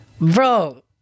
Bro